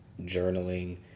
journaling